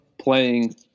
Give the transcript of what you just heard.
playing